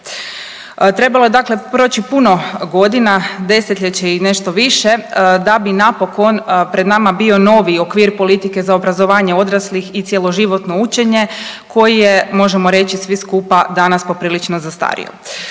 Trebalo je proći puno godina, desetljeće i nešto više da bi napokon pred nama bio novi okvir politike za obrazovanje odraslih i cjeloživotno učenje koji je možemo reći svi skupa danas poprilično zastario.